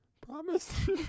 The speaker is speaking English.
Promise